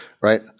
right